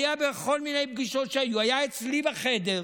היו בכל מיני פגישות שהיו, היו אצלי בחדר,